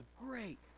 great